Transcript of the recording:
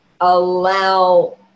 allow